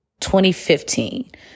2015